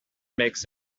makes